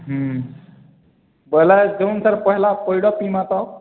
ହୁଁ ବୋଇଲେ ପହିଲା ପଇଡ଼ ପିମା ତ